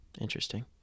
Interesting